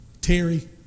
Terry